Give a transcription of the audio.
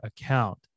account